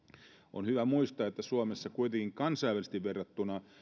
on hyvä muistaa että suomessa kansainvälisesti verrattuna